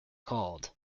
called